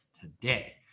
today